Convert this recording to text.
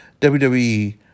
wwe